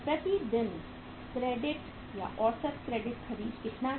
प्रति दिन औसत क्रेडिट खरीद कितना है